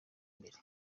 imbere